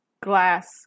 glass